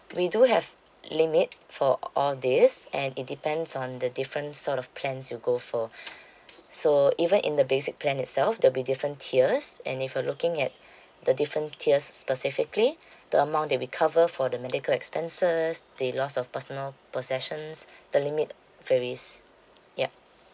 we do have limit for all this and it depends on the different sort of plans you go for so even in the basic plan itself there'll be different tiers and if you're looking at the different tiers specifically the amount that we cover for the medical expenses the loss of personal possessions the limit varies yup